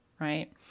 right